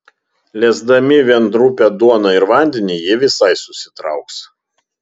lesdami vien rupią duoną ir vandenį jie visai susitrauks